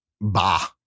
bah